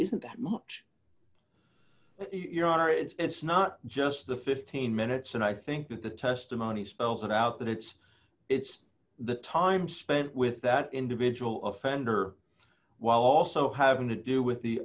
isn't much your honor it's not just the fifteen minutes and i think that the testimony spells it out that it's it's the time spent with that individual offender while also having to do with the